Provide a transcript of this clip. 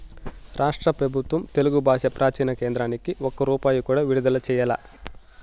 రాష్ట్ర పెబుత్వం తెలుగు బాషా ప్రాచీన కేంద్రానికి ఒక్క రూపాయి కూడా విడుదల చెయ్యలా